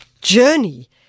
journey